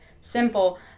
simple